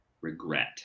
regret